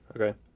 Okay